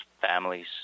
families